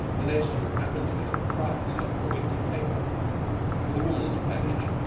unless you happen to be the proprietor of a weekly paper with a woman's page,